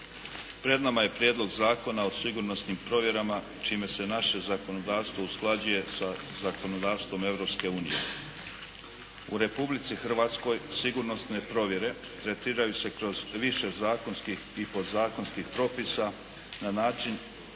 Pred nama je Prijedlog zakona o sigurnosnim provjerama čime se naše zakonodavstvo usklađuje sa zakonodavstvom Europske unije. U Republici Hrvatskoj sigurnosne provjere tretiraju se kroz više zakonskih i podzakonskih propisa na način